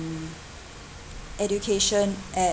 education at